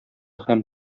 һәм